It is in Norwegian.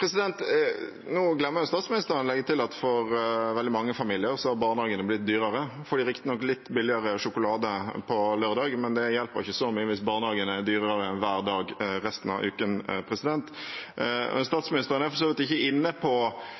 Nå glemmer statsministeren å legge til at for veldig mange familier har barnehagen blitt dyrere. De får riktignok litt billigere sjokolade på lørdag, men det hjelper ikke så mye hvis barnehagen er dyrere hver dag resten av uken. Statsministeren er for så vidt ikke inne på